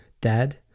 dad